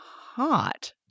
hot